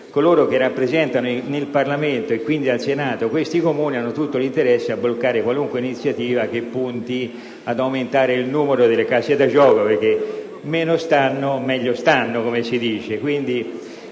coloro che rappresentano nel Parlamento, e qui in Senato, questi Comuni hanno tutto l'interesse a bloccare qualunque iniziativa che miri ad aumentare il numero delle case da gioco perché, come si suol dire,